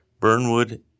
Burnwood